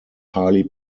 highly